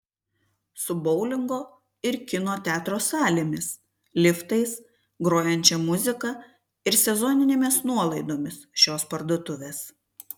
su boulingo ir kino teatro salėmis liftais grojančia muzika ir sezoninėmis nuolaidomis šios parduotuvės